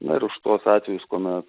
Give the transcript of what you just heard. nar ir už tuos atvejus kuomet